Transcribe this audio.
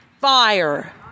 fire